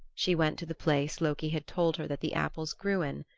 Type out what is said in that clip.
she went to the place loki had told her that the apples grew in.